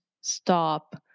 stop